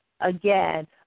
again